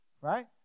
Right